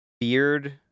Beard